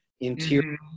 interior